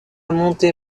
montée